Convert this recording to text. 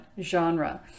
genre